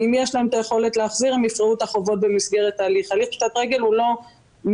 אם הוא יכול לשלם את החוב של 40,000 השקלים בלי הליך של חדלות פירעון,